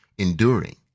Enduring